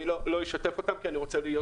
לא אשתף אתכם כי אני רוצה להיות